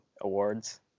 awards